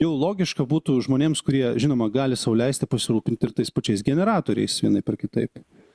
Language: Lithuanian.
jau logiška būtų žmonėms kurie žinoma gali sau leisti pasirūpint ir tais pačiais generatoriais vienaip ar kitaip